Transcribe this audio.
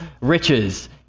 riches